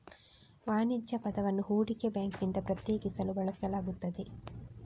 ವಾಣಿಜ್ಯ ಪದವನ್ನು ಹೂಡಿಕೆ ಬ್ಯಾಂಕಿನಿಂದ ಪ್ರತ್ಯೇಕಿಸಲು ಬಳಸಲಾಗುತ್ತದೆ